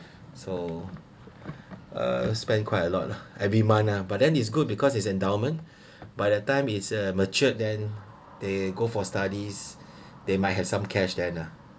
so uh spend quite a lot lah every month lah but then it's good because it's endowment by that time is uh matured then they go for studies they might have some cash then uh